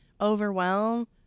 overwhelm